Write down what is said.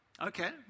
Okay